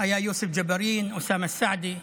היו יוסף ג'בארין, אוסאמה סעדי.